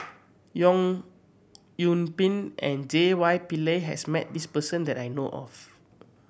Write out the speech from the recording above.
Yong Yoon Pin and J Y Pillay has met this person that I know of